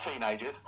teenagers